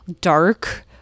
dark